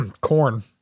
corn